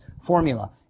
formula